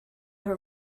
her